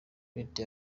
leta